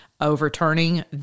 overturning